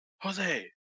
Jose